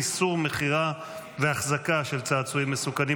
איסור מכירה והחזקה של צעצועים מסוכנים),